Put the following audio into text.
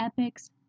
epics